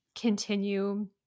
continue